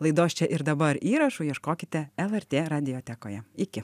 laidos čia ir dabar įrašo ieškokite lrt radijotekoje iki